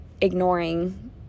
ignoring